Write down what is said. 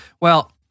Well-